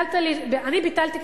אני ביטלתי,